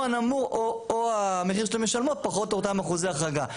או המחיר שאתן משלמות פחות אותם אחוזי החרגה.